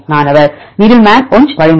மாணவர் Needleman Wunsch வழிமுறை